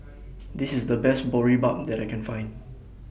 This IS The Best Boribap that I Can Find